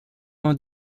vingt